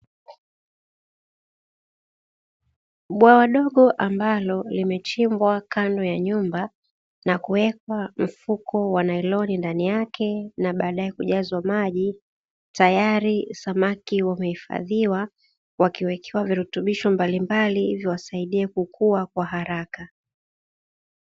Bwawa dogo ambalo limechimbwa kando ya nyumba na kuwekwa mfuko wa nailoni ndani yake na baadae, kujazwa maji tayari samaki wamehifadhiwa wakiwekewa virutubisho mbalimbali viwasaidie kukua kwa haraka.